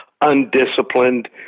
Undisciplined